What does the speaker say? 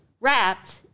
wrapped